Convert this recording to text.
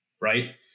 right